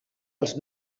als